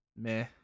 meh